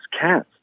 cats